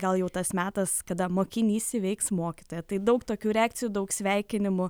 gal jau tas metas kada mokinys įveiks mokytoją tai daug tokių reakcijų daug sveikinimų